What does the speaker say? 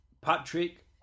Patrick